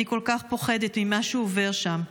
אני כל כך פוחדת ממה שהוא עובר שם,